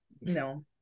no